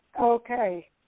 Okay